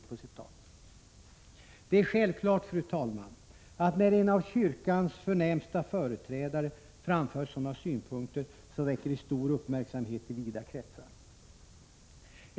Det är självklart, fru talman, att när en av kyrkans förnämsta företrädare framför sådana synpunkter väcker det stor uppmärksamhet i vida kretsar.